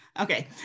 Okay